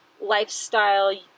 lifestyle